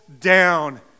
down